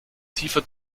tiefer